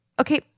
okay